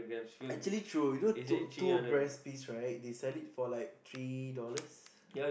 actually true you know two two breast piece right they sell it for like three dollars